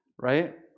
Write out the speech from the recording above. right